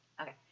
Okay